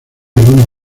una